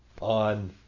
on